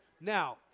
now